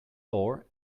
door